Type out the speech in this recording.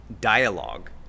dialogue